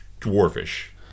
dwarfish